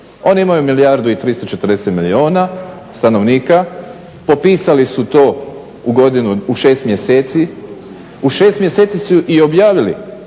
oni imaju milijardu i 340 milijuna stanovnika, popisali su to u 6 mjeseci, u 6 mjeseci su i objavili